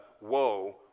woe